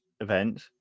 event